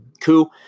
coup